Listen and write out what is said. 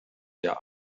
der